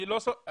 אני לא סוטה.